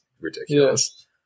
ridiculous